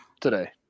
today